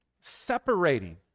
separating